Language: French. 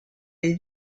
les